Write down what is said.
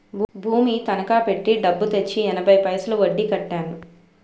భూమి తనకా పెట్టి డబ్బు తెచ్చి ఎనభై పైసలు వడ్డీ కట్టాను